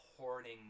hoarding